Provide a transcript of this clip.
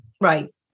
right